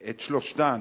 את שלושתן.